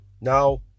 Now